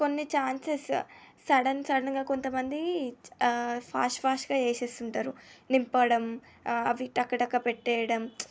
కొన్ని chances sudden సడన్గా కొంతమంది ఫాస్ట్ ఫాస్ట్గా వేసేస్తుంటారు నింపడం అవి టకటక పెట్టేయడం